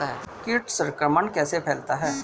कीट संक्रमण कैसे फैलता है?